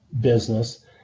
business